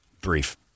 Brief